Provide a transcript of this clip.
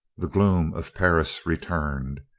the gloom of perris returned.